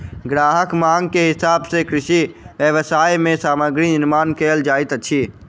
ग्राहकक मांग के हिसाब सॅ कृषि व्यवसाय मे सामग्री निर्माण कयल जाइत अछि